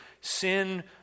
sin